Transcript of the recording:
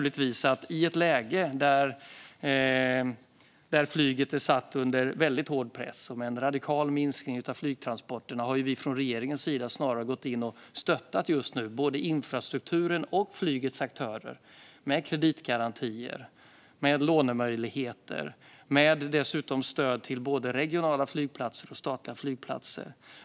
I ett läge där flyget är satt under väldigt hård press och där det är en radikal minskning av flygtransporterna har vi från regeringens sida snarare gått in och stöttat både infrastrukturen och flygets aktörer med kreditgarantier och med lånemöjligheter. Dessutom har vi gett stöd till både regionala flygplatser och statliga flygplatser.